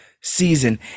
season